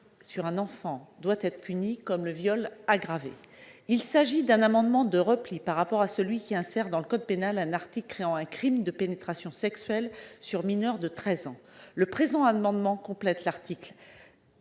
sur un enfant doit être puni comme le viol aggravé. Il s'agit d'un amendement de repli par rapport à celui qui introduit dans le code pénal un article créant un crime de pénétration sexuelle sur mineur de treize ans. Le présent amendement tend à compléter l'article